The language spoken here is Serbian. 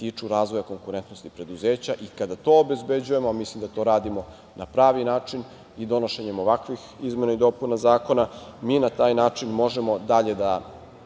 tiču razvoja konkurentnosti preduzeća i kada to obezbeđujemo, a mislim da to radimo na pravi način, i donošenjem ovakvih izmena i dopuna zakona, mi na taj način možemo dalje da